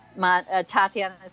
Tatiana